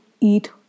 eat